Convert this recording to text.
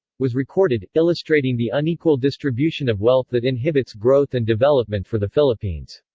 was recorded, illustrating the unequal distribution of wealth that inhibits growth and development for the philippines.